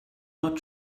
not